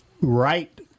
right